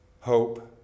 hope